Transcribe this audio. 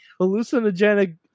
hallucinogenic